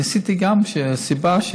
אני עשיתי את זה מסיבה,